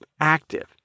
active